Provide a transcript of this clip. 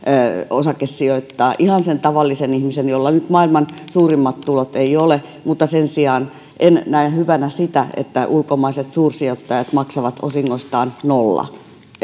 osakesijoittaa ihan sen tavallisen ihmisen jolla nyt maailman suurimmat tulot ei ole mutta sen sijaan en näe hyvänä sitä että ulkomaiset suursijoittajat maksavat osingostaan nolla